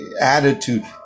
attitude